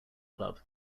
club